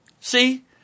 See